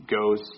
goes